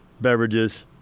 beverages